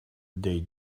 they